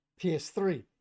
PS3